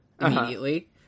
immediately